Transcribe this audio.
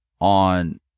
on